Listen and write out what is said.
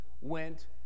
went